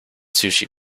sushi